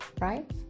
right